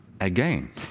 again